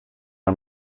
are